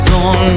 on